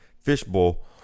fishbowl